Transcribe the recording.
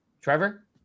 Trevor